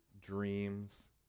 dreams